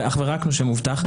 אך ורק נושה מובטח,